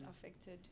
affected